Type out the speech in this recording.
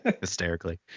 hysterically